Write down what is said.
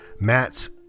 Matt's